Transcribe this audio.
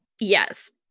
Yes